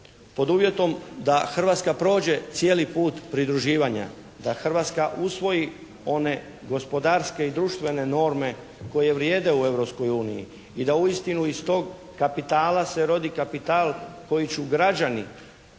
pod uvjetom da Hrvatska prođe cijeli put pridruživanja, da Hrvatska usvoji one gospodarske i društvene norme koje vrijede u Europskoj uniji i da uistinu iz tog kapitala se rodi kapital koji će građani